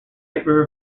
river